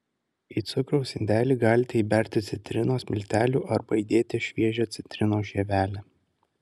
į cukraus indelį galite įberti citrinos miltelių arba įdėti šviežią citrinos žievelę